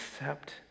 accept